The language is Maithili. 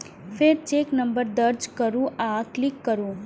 फेर चेक नंबर दर्ज करू आ क्लिक करू